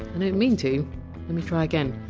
and and mean to, let me try again.